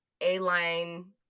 a-line